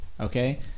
okay